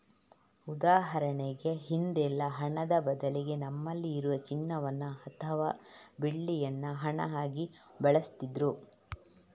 ಉದಾಹರಣೆಗೆ ಹಿಂದೆಲ್ಲ ಹಣದ ಬದಲಿಗೆ ನಮ್ಮಲ್ಲಿ ಇರುವ ಚಿನ್ನವನ್ನ ಅಥವಾ ಬೆಳ್ಳಿಯನ್ನ ಹಣ ಆಗಿ ಬಳಸ್ತಿದ್ರು